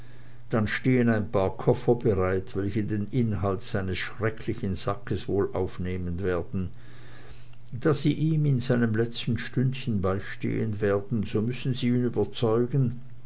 dann stehen ein paar koffer bereit welche den inhalt seines schrecklichen sackes wohl aufnehmen werden da sie ihm in seinem letzten stündlein beistehen werden so müssen sie ihn überzeugen